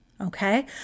Okay